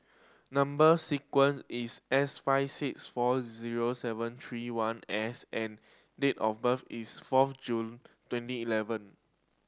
number sequence is S five six four zero seven three one S and date of birth is fourth June twenty eleven